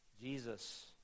Jesus